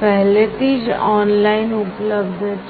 પહેલેથી જ ઓનલાઇન ઉપલબ્ધ છે